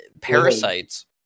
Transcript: parasites